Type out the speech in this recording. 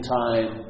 time